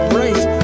race